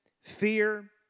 fear